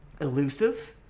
elusive